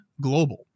global